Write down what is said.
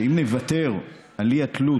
שאם נוותר על האי-תלות,